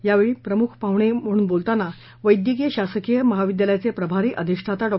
यावेळी प्रमुख पाहुणे म्हणून बोलताना वैद्यकीय शासकीय महाविद्यालयाचे प्रभारी अधिष्ठाता डॉ